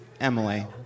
Emily